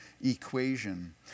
equation